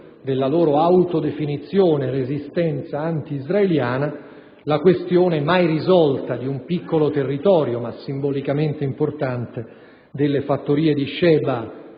della loro autodefinita resistenza anti-israeliana la questione mai risolta di un territorio piccolo, ma simbolicamente importante, quello delle fattorie di Shebaa,